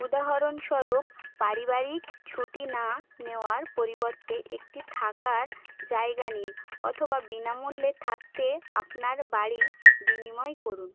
উদাহরণস্বরূপ পারিবারিক ছুটি না নেওয়ার পরিবর্তে একটি থাকার জায়গা নিন অথবা বিনামূল্যে থাকতে আপনার বাড়ি বিনিময় করুন